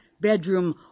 bedroom